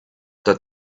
that